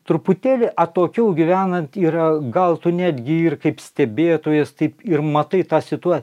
truputėlį atokiau gyvenant yra gal tu netgi ir kaip stebėtojas taip ir matai tą situa